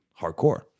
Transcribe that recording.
hardcore